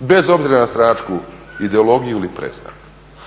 bez obzira na stranačku ideologiju ili predznak.